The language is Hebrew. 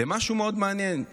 למשהו מאוד מעניין,